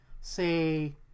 say